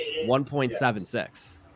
1.76